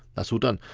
that's all done.